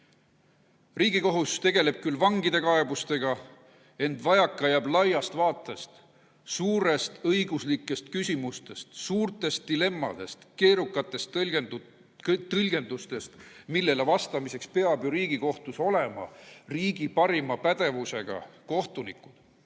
Riigikohus tegeleb küll vangide kaebustega, ent vajaka jääb laiast vaatest, suurtest õiguslikest küsimustest, suurtest dilemmadest, keerukatest tõlgendustest, millele vastamiseks peavad ju Riigikohtus olema meie parima pädevusega kohtunikud.